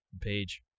page